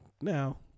now